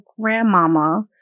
grandmama